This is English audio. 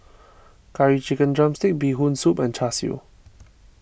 Curry Chicken Drumstick Bee Hoon Soup and Char Siu